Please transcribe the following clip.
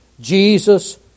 Jesus